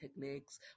techniques